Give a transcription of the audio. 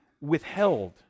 withheld